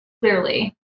Clearly